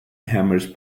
hammers